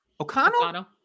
O'Connell